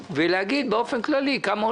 כולל ההלוואות.